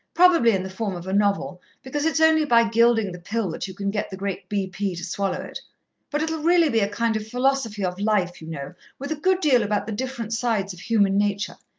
probably in the form of a novel, because it's only by gilding the pill that you can get the great b p. to swallow it but it'll really be a kind of philosophy of life, you know, with a good deal about the different sides of human nature.